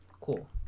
cool